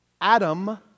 Adam